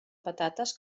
patates